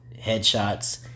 headshots